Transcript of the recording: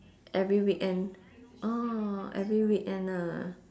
every weekend ah every weekend ah